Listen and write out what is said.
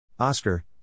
Oscar